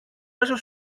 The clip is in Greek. μέσα